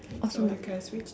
oh so no